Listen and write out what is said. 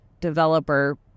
developer